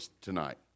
tonight